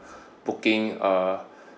booking uh